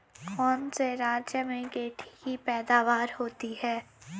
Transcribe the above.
कौन से राज्य में गेंठी की पैदावार होती है?